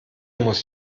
muss